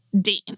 Dean